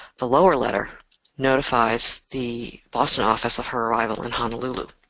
the lower letter notifies the boston office of her arrival in honolulu.